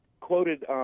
quoted –